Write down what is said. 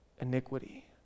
iniquity